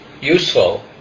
useful